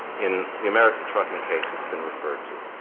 in the american trucking case that's been referred to,